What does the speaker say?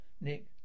Nick